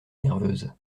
nerveuse